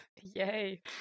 Yay